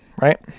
right